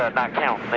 ah not count.